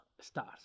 stars